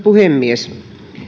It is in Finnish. puhemies